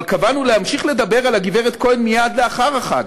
אבל קבענו להמשיך לדבר על הגברת כהן מייד לאחר החג.